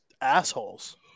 assholes